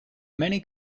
many